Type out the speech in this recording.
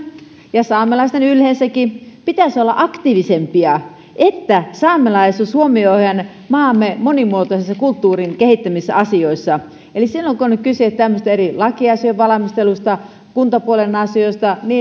ja saamelaisten yleensäkin pitäisi olla aktiivisempia että saamelaisuus huomioidaan maamme monimuotoisissa kulttuurin kehittämisasioissa eli silloin kun on kyse tämmöisten eri lakiasioiden valmistelusta tai kuntapuolen asioista